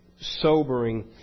sobering